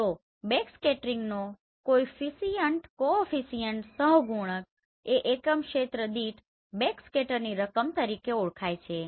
તો બેકસ્કેટરિંગનો કોઈફીસીઅનટcoefficientસહગુણક એ એકમ ક્ષેત્ર દીઠ બેકસ્કેટરની રકમ તરીકે ઓળખાય છે